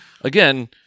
again